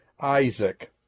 Isaac